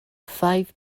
five